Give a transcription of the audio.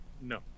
No